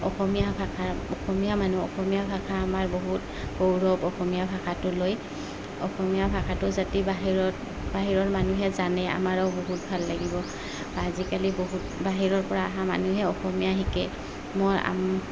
অসমীয়া ভাষাৰ অসমীয়া মানুহ অসমীয়া ভাষা আমাৰ বহুত গৌৰৱ অসমীয়া ভাষাটো লৈ অসমীয়া ভাষাটো জাতি বাহিৰত বাহিৰৰ মানুহে জানেই আমাৰো বহুত ভাল লাগিব আজিকালি বহুত বাহিৰৰ পৰা অহা মানুহে অসমীয়া শিকে মোৰ আ